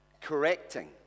Correcting